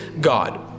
God